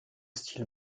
style